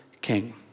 king